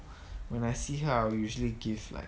when I see her I will usually give like